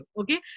okay